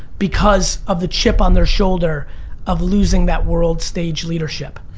because of the chip on their shoulder of losing that world-stage leadership.